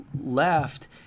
left